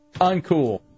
Uncool